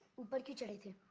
but be genetic.